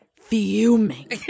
fuming